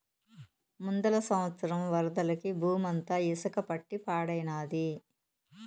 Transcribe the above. ముందల సంవత్సరం వరదలకి బూమంతా ఇసక పట్టి పాడైనాది